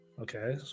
Okay